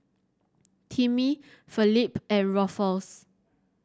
Timmy Felipe and Rufus